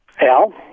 Al